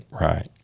right